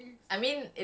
yikes